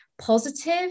positive